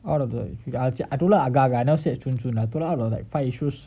out of the I told her agak-agak I never say like zhun zhun like I told her about like fight issues